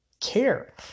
care